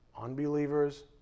unbelievers